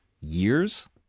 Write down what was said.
years